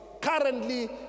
currently